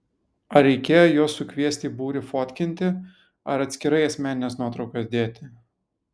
ar reikėjo juos sukviesti į būrį fotkinti ar atskirai asmenines nuotraukas dėti